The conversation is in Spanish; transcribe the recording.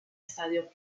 estadio